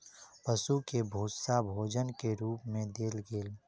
पशु के भूस्सा भोजन के रूप मे देल गेल